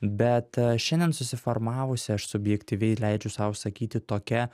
bet šiandien susiformavusi aš subjektyviai leidžiu sau sakyti tokia